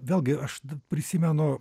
vėlgi aš prisimenu